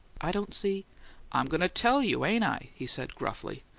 i don't see i'm going to tell you, ain't i? he said, gruffly.